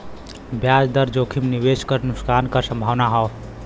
ब्याज दर जोखिम निवेश क नुकसान क संभावना हौ